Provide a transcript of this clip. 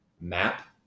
Map